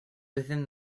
within